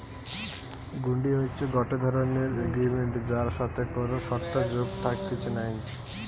হুন্ডি হতিছে গটে ধরণের এগ্রিমেন্ট যার সাথে কোনো শর্ত যোগ থাকতিছে নাই